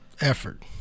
effort